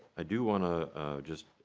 i do want ah just